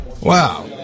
Wow